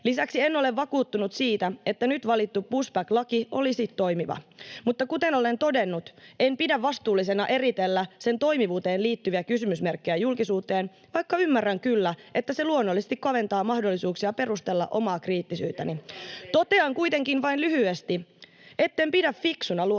Lisäksi en ole vakuuttunut siitä, että nyt valittu pushback-laki olisi toimiva, [Arja Juvonen: Mikä on vaihtoehto?] mutta kuten olen todennut, en pidä vastuullisena eritellä sen toimivuuteen liittyviä kysymysmerkkejä julkisuuteen, vaikka ymmärrän kyllä, että se luonnollisesti kaventaa mahdollisuuksia perustella omaa kriittisyyttäni. [Ben Zyskowicz: No kertokaa ne teidän keinot!]